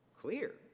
clear